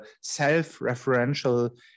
self-referential